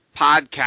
Podcast